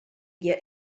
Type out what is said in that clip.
get